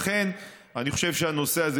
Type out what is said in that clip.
לכן אני חושב שהנושא הזה,